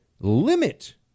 limit